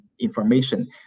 information